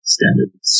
Standards